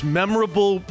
memorable